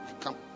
Come